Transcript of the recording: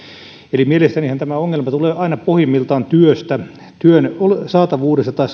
eli mielestäni tämä ongelma tulee aina pohjimmiltaan työstä työn saatavuudesta tai